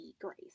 grace